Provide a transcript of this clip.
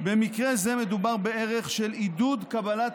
במקרה זה מדובר בערך של עידוד קבלת